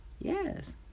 yes